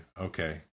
okay